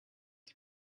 die